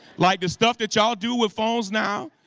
like the stuff that y'all do with phones now,